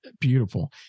beautiful